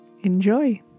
enjoy